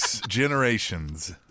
generations